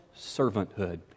servanthood